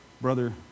brother